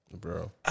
Bro